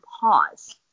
pause